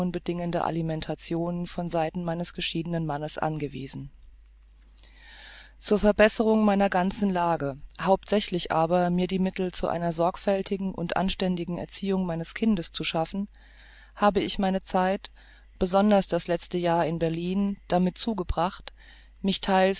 alimentation von seiten meines geschiedenen mannes angewiesen zur verbesserung meiner ganzen lage hauptsächlich aber mir die mittel zu einer sorgfältigen und anständigen erziehung meines kindes zu schaffen habe ich meine zeit besonders das letzte jahr in berlin damit zugebracht mich theils